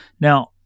Now